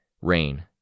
Rain